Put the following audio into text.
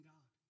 God